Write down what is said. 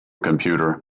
computer